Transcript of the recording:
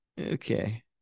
okay